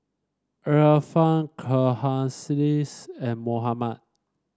Irfan Khalish and Muhammad